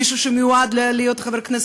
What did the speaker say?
מישהו שמיועד להיות חבר הכנסת,